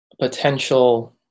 potential